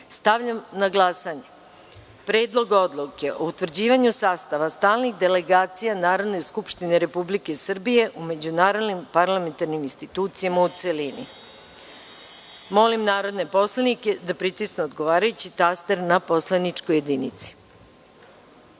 na glasanje Predlog odluke o utvrđivanju sastava stalnih delegacija Narodne skupštine Republike Srbije u međunarodnim parlamentarnim institucijama, u celini. Molim narodne poslanike da pritisnu odgovarajući taster na poslaničkoj